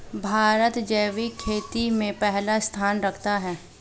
भारत जैविक खेती में पहला स्थान रखता है